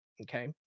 Okay